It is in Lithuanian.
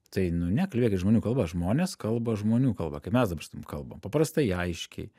tai nu ne kalbėkit žmonių kalba žmonės kalba žmonių kalba kaip mes dabar kalbam paprastai aiškiai